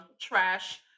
trash